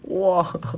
!wah!